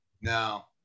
Now